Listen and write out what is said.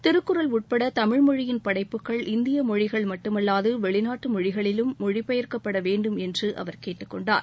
திருக்குறள் உட்பட தமிழ்மொழியின் படைப்புகள் இந்திய மொழிகள் மட்டுமல்லாது வெளிநாட்டு மொழிகளிலும் மொழிபெயர்க்கப்பட வேண்டும் என்று அவர் கேட்டுக் கொண்டார்